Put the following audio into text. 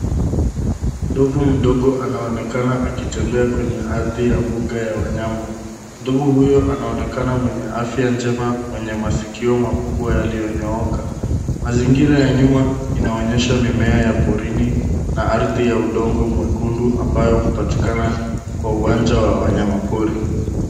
Ndovu mdogo anaonekana akitembea kwenye ardhi ya mbuga ya wanyama. Ndovu huyo anaonekana mwenye afya njema, mwenye masikio makubwa yaliyonyooka. Mazingira ya nyuma inaonyesha mimea ya porini na ardhi ya udongo mwekundu ambayo hupatikana kwa uwanja wa wanyama pori.